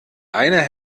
einer